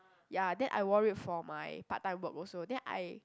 ya then I wore it for my part-time work also then I